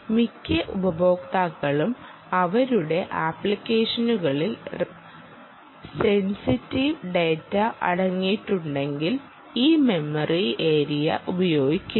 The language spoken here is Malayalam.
മിക്യ ഉപയോക്താക്കളും അവരുടെ അപ്ലിക്കേഷനുകളിൽ സെൻസിറ്റീവ് ഡാറ്റ അടങ്ങിയിട്ടില്ലെങ്കിൽ ഈ മെമ്മറി ഏരിയ ഉപയോഗിക്കില്ല